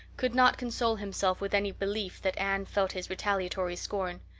could not console himself with any belief that anne felt his retaliatory scorn.